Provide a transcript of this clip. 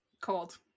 cold